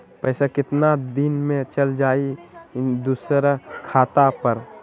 पैसा कितना दिन में चल जाई दुसर खाता पर?